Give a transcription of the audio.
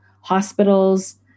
hospitals